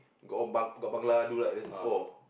got one bang bangla do right then he's oh